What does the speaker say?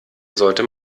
sollte